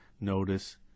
notice